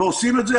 ועושים את זה.